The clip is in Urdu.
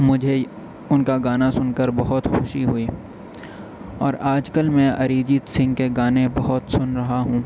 مجھے ان کا گانا سن کر بہت خوشی ہوئی اور آج کل میں اریجیت سنگھ کے گانے بہت سن رہا ہوں